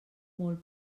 molt